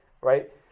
Right